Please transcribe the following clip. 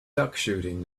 duckshooting